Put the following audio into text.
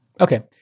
Okay